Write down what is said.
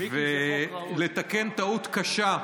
ולתקן טעות קשה.